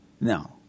No